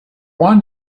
one